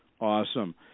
Awesome